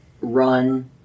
run